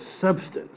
substance